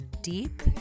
deep